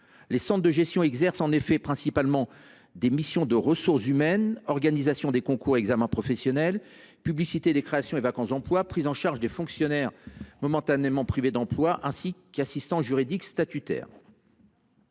les centres de gestion exercent principalement des missions de ressources humaines : organisation des concours et examens professionnels, publicité des créations et vacances d’emplois, prise en charge des fonctionnaires momentanément privés d’emploi et assistance juridique statutaire.